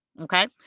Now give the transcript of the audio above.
Okay